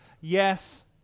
yes